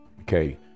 okay